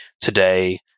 today